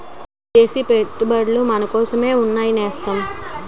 విదేశీ పెట్టుబడులు మనకోసమే ఉన్నాయి నేస్తం